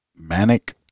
Manic